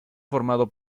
formado